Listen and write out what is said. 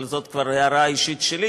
אבל זאת כבר הערה אישית שלי.